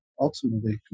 ultimately